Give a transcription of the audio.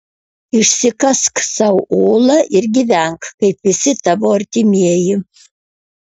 išsikask sau olą ir gyvenk kaip visi tavo artimieji